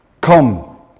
Come